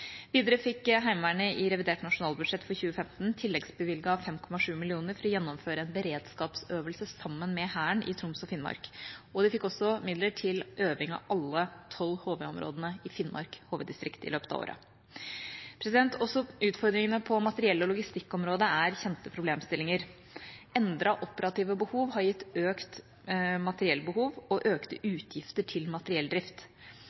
Videre fikk Heimevernet i revidert nasjonalbudsjett for 2015 tilleggsbevilget 5,7 mill. kr for å gjennomføre en beredskapsøvelse sammen med Hæren i Troms og Finnmark, og de fikk også midler til øving av alle tolv HV-områdene i Finnmark HV-distrikt i løpet av året. Også utfordringene på materiell- og logistikkområdet er kjente problemstillinger. Endrede operative behov har gitt økt materiellbehov og økte